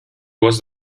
was